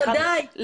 ודאי.